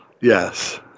Yes